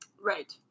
Right